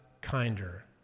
kinder